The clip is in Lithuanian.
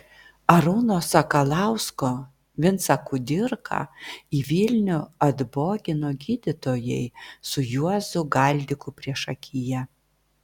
arūno sakalausko vincą kudirką į vilnių atbogino gydytojai su juozu galdiku priešakyje